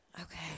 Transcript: Okay